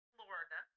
Florida